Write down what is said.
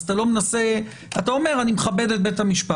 אז אתה אומר: אני מכבד את בית המשפט,